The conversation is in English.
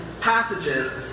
passages